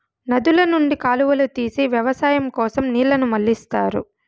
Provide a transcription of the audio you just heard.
నదుల నుండి కాలువలు తీసి వ్యవసాయం కోసం నీళ్ళను మళ్ళిస్తారు